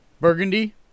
Burgundy